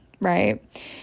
right